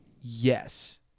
Yes